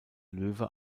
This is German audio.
löwe